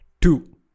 Two